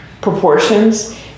proportions